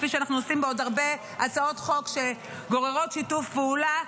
כפי שאנחנו עושים בעוד הרבה הצעות חוק שגוררות שיתוף פעולה,